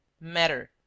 matter